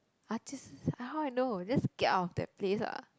ah how I know just get out of that place lah